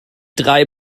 drei